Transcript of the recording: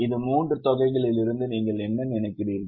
இந்த மூன்று தொகைகளிலிருந்து நீங்கள் என்ன நினைக்கிறீர்கள்